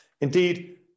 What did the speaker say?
Indeed